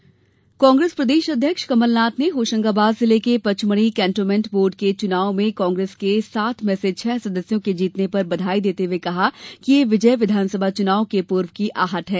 कमलनाथ कांग्रेस प्रदेश अध्यक्ष कमलनाथ ने होशंगाबाद जिले के पचमढ़ी केन्टोमेंट बोर्ड के चुनाव में कांग्रेस के सात में से छह सदस्यों के जीतने पर बधाई देते हुए कहा है कि यह विजय विधानसभा चुनाव के पूर्व की आहट है